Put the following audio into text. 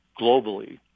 globally